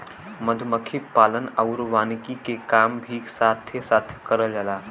मधुमक्खी पालन आउर वानिकी के काम भी साथे साथे करल जाला